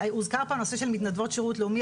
הוזכר פה הנושא של מתנדבות שירות לאומי,